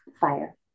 fire